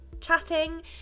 Chatting